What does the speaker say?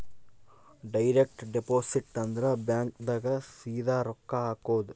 direct deposit ಅಂದ್ರ bank ದಾಗ ಸೀದಾ ರೊಕ್ಕ ಹಾಕೋದು